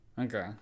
Okay